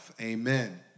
Amen